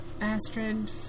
Astrid